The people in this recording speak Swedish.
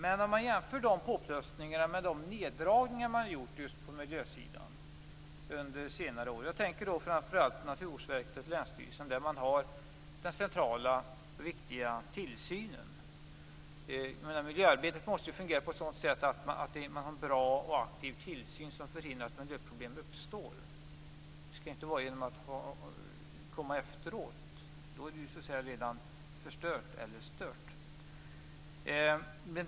Men man kan jämföra dessa utökningar med de neddragningar som har gjorts just på miljösidan under senare år. Jag tänker framför allt på Naturvårdsverket och länsstyrelserna där man har den centrala och viktiga tillsynen. Miljöarbetet måste ju fungera på ett sådant sätt att man har en bra och aktiv tillsyn som förhindrar att miljöproblem uppstår. Det skall inte komma efteråt. Då är det ju redan förstört eller stört.